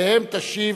ועליהן תשיב